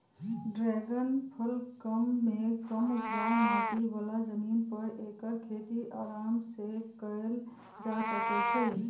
dragon फल कम मेघ कम उपजाऊ माटी बला जमीन पर ऐकर खेती अराम सेकएल जा सकै छइ